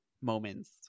moments